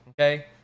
okay